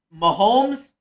Mahomes